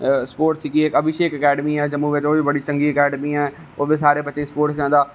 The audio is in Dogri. स्पोटस सिक्खियै भी शेख आकैडमी ऐ जम्मू बिच ओह् बी बड़ी चंगी आकैडमी ऐ ओह बी सारे बच्चें गी स्पोट करदा